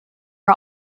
are